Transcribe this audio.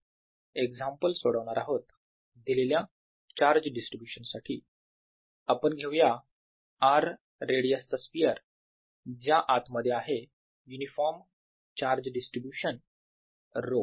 E14π012∬rρr।r r।drdr आपण आता एक्साम्पल सोडवणार आहोत दिलेल्या चार्ज डिस्ट्रिब्युशन साठी आपण घेऊया r रेडियस चा स्पियर ज्या आतमध्ये आहे युनिफॉर्म चार्ज डिस्ट्रिब्युशन ρ